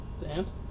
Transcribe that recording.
Dance